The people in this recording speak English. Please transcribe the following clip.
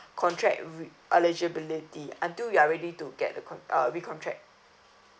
contract re~ eligibility until you are ready to get the con~ uh recontract